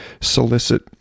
solicit